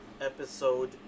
episode